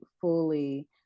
fully